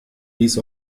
dies